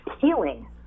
healing